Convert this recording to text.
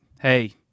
hey